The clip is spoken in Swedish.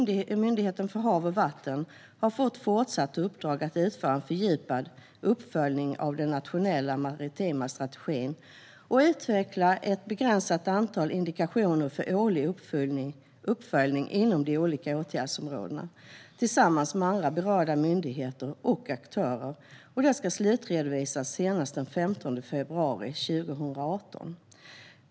Dessutom har Havs och vattenmyndigheten fått ett fortsatt uppdrag att utföra en fördjupad uppföljning av den nationella maritima strategin och utveckla ett begränsat antal indikationer för årlig uppföljning inom de olika åtgärdsområdena tillsammans med andra berörda myndigheter och aktörer. Detta ska slutredovisas senast den 15 februari 2018.